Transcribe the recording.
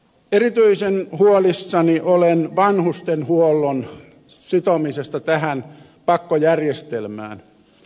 erityisen huolissani olen vanhustenhuollon sitomisesta tähän pakkojärjestelmään